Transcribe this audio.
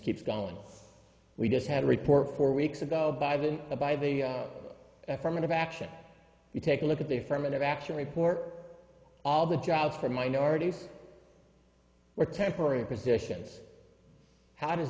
keeps going we just had a report four weeks ago by having a by the affirmative action you take a look at the affirmative action report all the jobs for minorities or temporary positions how does